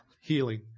healing